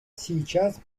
сейчас